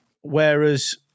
Whereas